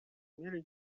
мире